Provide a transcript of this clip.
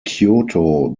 kyoto